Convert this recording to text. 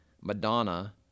Madonna